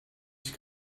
ich